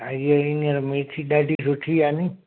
हा हीअंर मेथी ॾाढी सुठी आहे नी